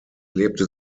lebte